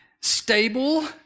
stable